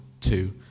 two